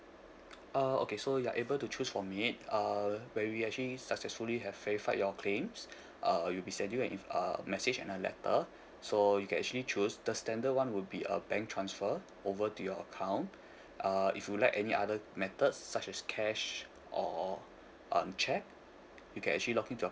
uh okay so you're able to choose from it uh where we actually successfully have verified your claims uh you'll be send you if uh message and a letter so you can actually choose the standard one will be a bank transfer over to your account uh if you'd like any other methods such as cash or um cheque you can actually login to your